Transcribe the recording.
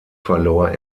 verlor